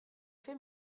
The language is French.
fait